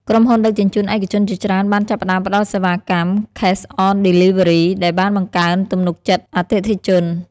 ក្រុមហ៊ុនដឹកជញ្ជូនឯកជនជាច្រើនបានចាប់ផ្តើមផ្តល់សេវាកម្ម ឃេស អន ឌី លី វើ រី Cash-on-Delivery ដែលបានបង្កើនទំនុកចិត្តអតិថិជន។